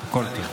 הכול טוב.